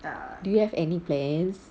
do you have any plans